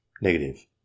Negative